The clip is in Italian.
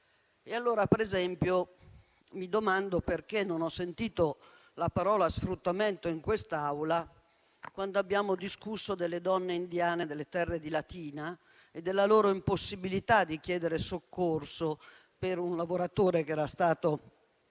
tutto tondo. Mi domando perché non ho sentito la parola sfruttamento in quest'Aula quando abbiamo discusso delle donne indiane delle terre di Latina e della loro impossibilità di chiedere soccorso per un lavoratore che era stato